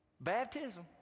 baptism